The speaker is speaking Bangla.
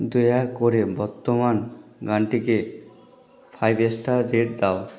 দয়া করে বর্তমান গানটিকে ফাইভ স্টার রেট দাও